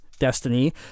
destiny